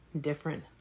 different